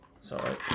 Sorry